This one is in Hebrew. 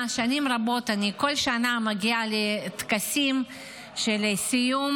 שנים רבות ובכל שנה אני מגיעה לטקסים של סיום